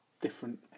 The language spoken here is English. different